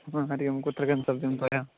हा हरिः ओं कुत्र गन्तव्यं त्वया